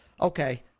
Okay